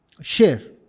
share